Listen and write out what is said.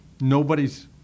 nobody's